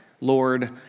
Lord